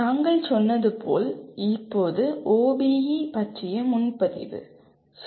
நான் சொன்னது போல் இப்போது 'OBE பற்றிய முன்பதிவு'